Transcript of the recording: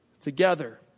together